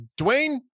Dwayne